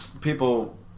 people